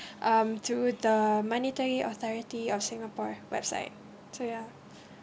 um to the monetary authority or singapore website so ya